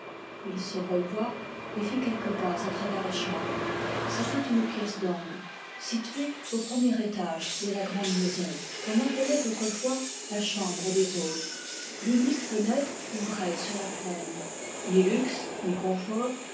il se releva et fit quelques pas à travers la chambre c'était une pièce d'angle située au premier étage de la grande maison et qu'on appelait autrefois la chambre des hôtes l'unique fenêtre ouvrait sur la plaine ni luxe ni confort